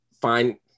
find